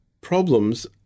problems